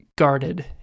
Guarded